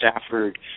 Stafford